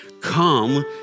come